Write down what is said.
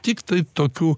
tiktai tokiu